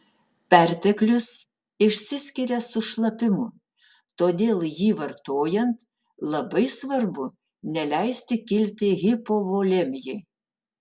perteklius išsiskiria su šlapimu todėl jį vartojant labai svarbu neleisti kilti hipovolemijai